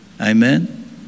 Amen